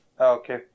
Okay